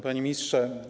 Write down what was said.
Panie Ministrze!